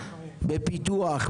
בפיתוח,